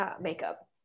makeup